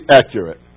accurate